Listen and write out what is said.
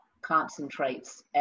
concentrates